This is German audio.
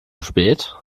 spät